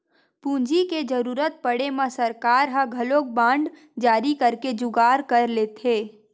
पूंजी के जरुरत पड़े म सरकार ह घलोक बांड जारी करके जुगाड़ कर लेथे